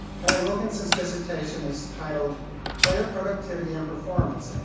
guy wilkinson's dissertation is titled player productivity and performance, and